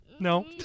No